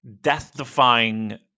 death-defying